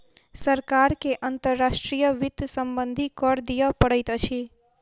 सरकार के अंतर्राष्ट्रीय वित्त सम्बन्धी कर दिअ पड़ैत अछि